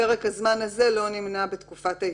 זה לא הדיון.